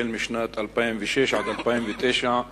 משנת 2006 עד שנת 2009,